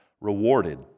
rewarded